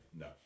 No